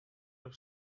have